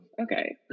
okay